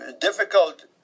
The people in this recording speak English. Difficult